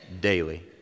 daily